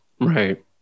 Right